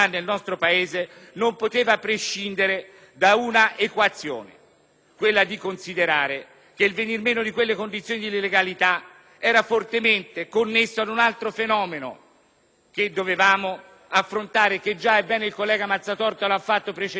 quella per cui il venire meno delle condizioni di legalità era fortemente connesso ad un altro fenomeno che dovevamo affrontare. Già e bene il collega Mazzatorta lo ha fatto in precedenza; già nel 1987 un soggetto assolutamente insospettabile